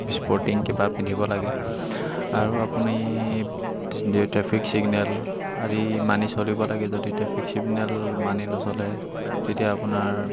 sporting কিবা পিন্ধিব লাগে আৰু আপুনি যদি ট্ৰেফিক ছিগনেল আদি মানি চলিব লাগে যদি ট্ৰেফিক ছিগনেল মানি নচলে তেতিয়া আপোনাৰ